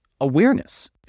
awareness